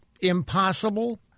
impossible